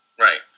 Right